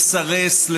לסרס,